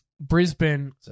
Brisbane